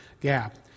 gap